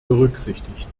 berücksichtigt